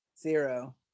zero